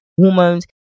hormones